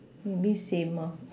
maybe same ah